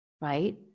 right